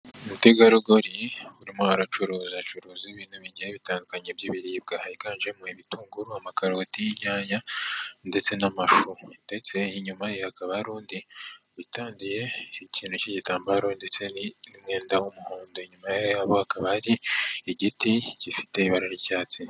Umutegarugori burimo aracuruza, acuruza ibintui bigiye bitandukanye by'ibiribwa higanjemo ibitunguru, amakaroti, inyanya ndetse n'amashu, ndetse inyuma hakaba hari undi witandiye ikintu cy'igitambaro ndetse n'umwenda w'umuhondo, inyuma akaba ari igiti gifite ibara ry'icyatsi.